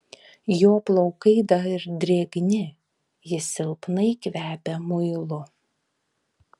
jo plaukai dar drėgni jis silpnai kvepia muilu